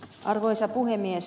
arvoisa puhemies